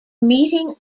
meeting